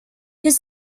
his